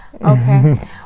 Okay